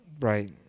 Right